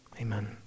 amen